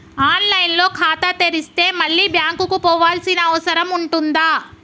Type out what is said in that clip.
On line లో ఖాతా తెరిస్తే మళ్ళీ బ్యాంకుకు పోవాల్సిన అవసరం ఉంటుందా?